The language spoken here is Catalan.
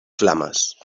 flames